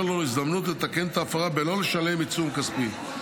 לו הזדמנות לתקן את ההפרה בלא לשלם עיצום כספי.